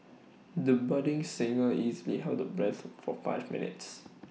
the budding singer easily held her breath for five minutes